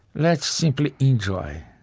let's simply enjoy